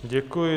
Děkuji.